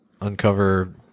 uncover